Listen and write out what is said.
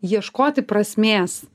ieškoti prasmės